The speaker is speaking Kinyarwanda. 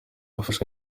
bafashe